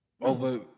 over